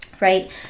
right